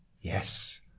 yes